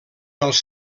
els